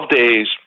days